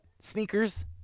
sneakers